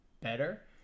better